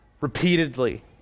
repeatedly